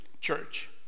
church